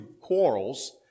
quarrels